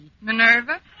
Minerva